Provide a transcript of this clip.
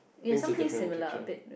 paints a different picture